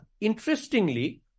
Interestingly